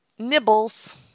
Nibbles